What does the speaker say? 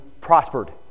prospered